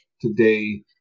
today